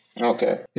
Okay